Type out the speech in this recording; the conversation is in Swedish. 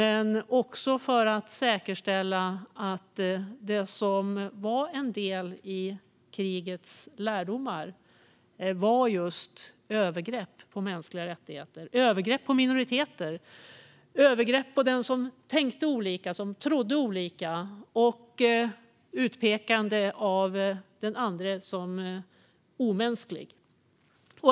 En viktig del av lärdomarna från kriget handlade just om övergrepp mot mänskliga rättigheter, övergrepp mot minoriteter, övergrepp mot dem som tänkte och trodde olika och utpekande av den andre som omänsklig.